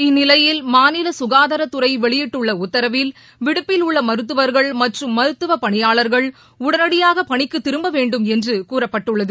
இந்நிலையில் மாநில சுகாதாரத்துறை வெளியிட்டுள்ள உத்தரவில் விடுப்பில் உள்ள மருத்துவர்கள் மற்றும் மருத்துவ பணியாளர்கள் உடனடியாக பணிக்கு திரும்ப வேண்டும் என்று கூறப்பட்டுள்ளது